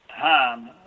time